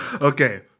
Okay